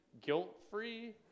guilt-free